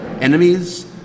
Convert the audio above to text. Enemies